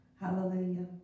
Hallelujah